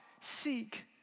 seek